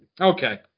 Okay